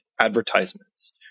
advertisements